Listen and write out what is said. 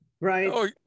right